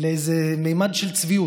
לאיזה ממד של צביעות,